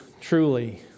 truly